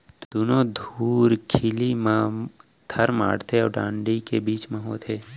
दुनो धुरखिली म थर माड़थे अउ डांड़ी के बीच म होथे